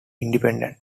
independent